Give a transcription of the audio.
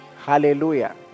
Hallelujah